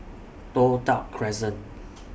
Toh Tuck Crescent